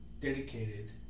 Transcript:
dedicated